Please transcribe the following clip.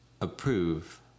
approve